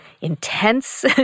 intense